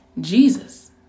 Jesus